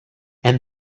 and